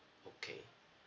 okay